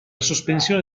sospensione